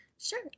Sure